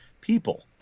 people